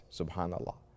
subhanallah